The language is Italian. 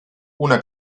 una